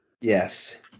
Yes